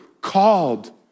called